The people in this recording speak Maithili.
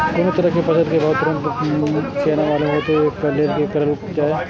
कोनो तरह के फसल के भाव तुरंत केना मालूम होते, वे के लेल की करल जाय?